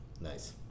Nice